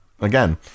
Again